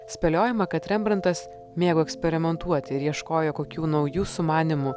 spėliojama kad rembrantas mėgo eksperimentuoti ir ieškojo kokių naujų sumanymų